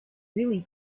really